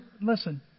Listen